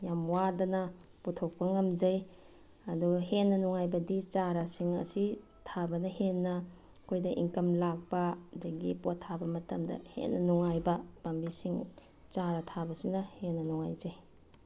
ꯌꯥꯝ ꯋꯥꯗꯅ ꯄꯨꯊꯣꯛꯄ ꯉꯝꯖꯩ ꯑꯗꯨꯒ ꯍꯦꯟꯅ ꯅꯨꯡꯉꯥꯏꯕꯗꯤ ꯆꯥꯔꯁꯤꯡ ꯑꯁꯤ ꯊꯥꯕꯗ ꯍꯦꯟꯅ ꯑꯩꯈꯣꯏꯗ ꯏꯟꯀꯝ ꯂꯥꯛꯄ ꯑꯗꯒꯤ ꯄꯣꯠ ꯊꯥꯕ ꯃꯇꯝꯗ ꯍꯦꯟꯅ ꯅꯨꯡꯉꯥꯏꯕ ꯄꯥꯝꯕꯤꯁꯤꯡ ꯆꯥꯔ ꯊꯥꯕꯁꯤꯅ ꯍꯦꯟꯅ ꯅꯨꯡꯉꯥꯏꯖꯩ